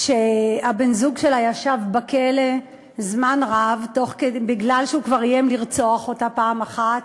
שבן-הזוג שלה ישב בכלא זמן רב מפני שהוא כבר איים לרצוח אותה פעם אחת,